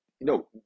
no